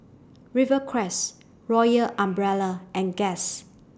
Rivercrest Royal Umbrella and Guess